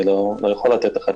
אני לא יכול לתת לך תשובה ככה.